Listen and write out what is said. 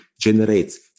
generates